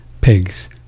pigs